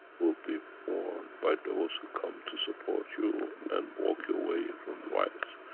will be worn by those who come to support you and walk you away from the virus.